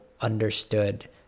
understood